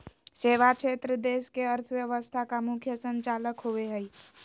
सेवा क्षेत्र देश के अर्थव्यवस्था का मुख्य संचालक होवे हइ